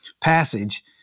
passage